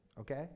Okay